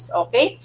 okay